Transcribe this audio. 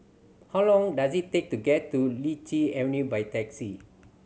how long does it take to get to Lichi Avenue by taxi